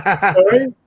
Sorry